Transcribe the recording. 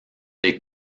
des